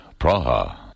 Praha